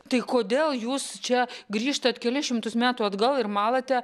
tai kodėl jūs čia grįžtat kelis šimtus metų atgal ir malate